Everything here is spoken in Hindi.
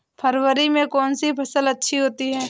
फरवरी में कौन सी फ़सल अच्छी होती है?